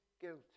guilty